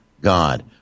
God